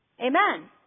Amen